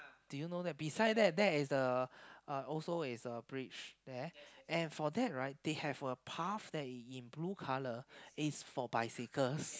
do you know that beside that that is a also is a bridge there and for that right they have a path that in blue colour is for bicycles